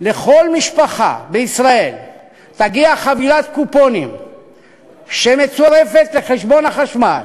תגיע לכל משפחה בישראל חבילת קופונים שתצורף לחשבון החשמל.